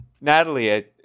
natalie